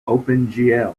opengl